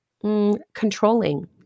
controlling